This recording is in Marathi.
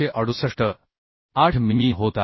8मिमी होत आहे